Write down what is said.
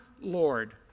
Lord